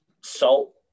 salt